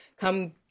Come